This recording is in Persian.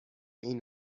این